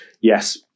yes